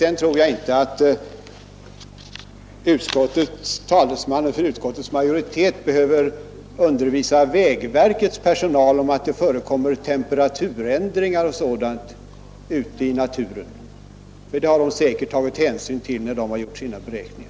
Sedan tror jag inte att talesmannen för utskottets majoritet behöver undervisa vägverkets personal om att det i naturen förekommer temperaturändringar och sådant. Det har man säkert tagit hänsyn till då man gjort sina beräkningar.